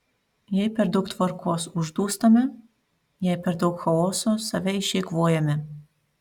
jei per daug tvarkos uždūstame jei per daug chaoso save išeikvojame